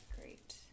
great